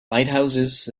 lighthouses